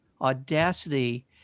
audacity